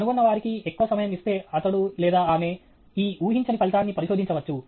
కనుగొన్నవారికి ఎక్కువ సమయం ఇస్తే అతడు లేదా ఆమె ఈ ఊహించని ఫలితాన్ని పరిశోధించవచ్చు